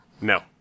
no